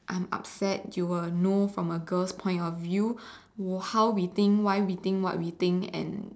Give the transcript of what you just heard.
I'm upset you will know from a girl's point of view w~ how we think why we think what we think and